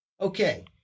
Okay